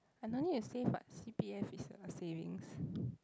I no need to save what c_p_f is a savings